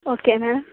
ఓకేనా